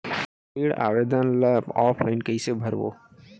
ऋण आवेदन ल ऑफलाइन कइसे भरबो?